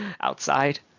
outside